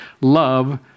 Love